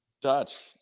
Dutch